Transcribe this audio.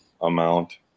amount